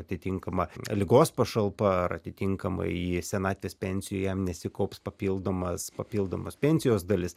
atitinkama ligos pašalpa ar atitinkamai jie senatvės pensija jam nesikaups papildomas papildomos pensijos dalis